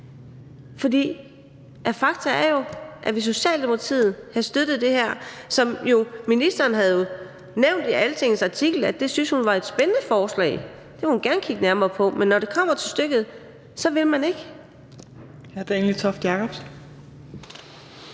faktum er jo, at Socialdemokratiet kunne have støttet det her – ministeren har jo nævnt i en artikel i Altinget, at det syntes hun var et spændende forslag, og at det ville hun gerne kigge nærmere på. Men når det kommer til stykket, vil man ikke.